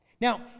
Now